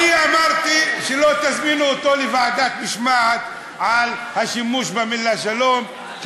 אני אמרתי שלא תזמינו אותו לוועדת משמעת על השימוש במילה שלום.